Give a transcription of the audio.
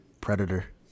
Predator